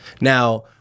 now